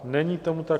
Není tomu tak.